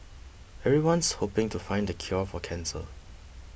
everyone's hoping to find the cure for cancer